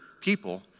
people